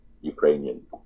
Ukrainian